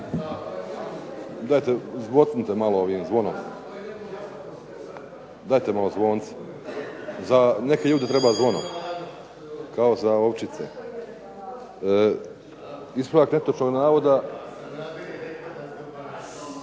Dajte malo zvoncem. Za neke ljude treba zvono kao za ovčice. Ispravak netočnog navoda